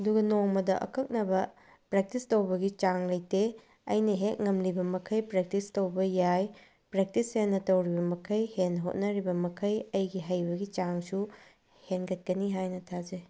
ꯑꯗꯨꯒ ꯅꯣꯡꯃꯗ ꯑꯀꯛꯅꯕ ꯄ꯭ꯔꯦꯛꯇꯤꯁ ꯇꯧꯕꯒꯤ ꯆꯥꯡ ꯂꯩꯇꯦ ꯑꯩꯅ ꯍꯦꯛ ꯉꯝꯂꯤꯕ ꯃꯈꯩ ꯄ꯭ꯔꯦꯛꯇꯤꯁ ꯇꯧꯕ ꯌꯥꯏ ꯄ꯭ꯔꯦꯛꯇꯤꯁ ꯍꯦꯟꯅ ꯇꯧꯔꯤꯕ ꯃꯈꯩ ꯍꯦꯟꯅ ꯍꯣꯠꯅꯔꯤꯕ ꯃꯈꯩ ꯑꯩꯒꯤ ꯍꯩꯕꯒꯤ ꯆꯥꯡꯁꯨ ꯍꯦꯟꯒꯠꯀꯅꯤ ꯍꯥꯏꯅ ꯊꯥꯖꯩ